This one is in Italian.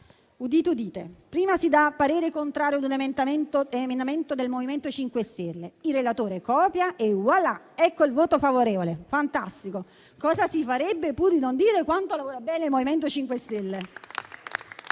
udite: prima si esprime parere contrario su un emendamento del MoVimento 5 Stelle, il relatore lo copia, *et voilà*, ecco il voto favorevole, fantastico! Cosa si farebbe pur di non dire quanto lavora bene il MoVimento 5 Stelle!